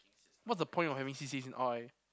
what's the point of having C_C_As in R_I